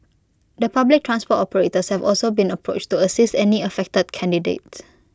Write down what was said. the public transport operators have also been approached to assist any affected candidates